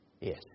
Yes